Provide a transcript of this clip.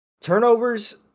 turnovers